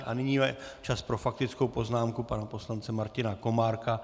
A nyní je čas pro faktickou poznámku pana poslance Martina Komárka.